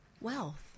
Wealth